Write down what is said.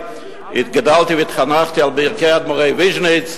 התגדלתי והתחנכתי על ברכי אדמו"רי ויז'ניץ,